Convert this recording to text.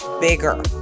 bigger